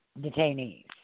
detainees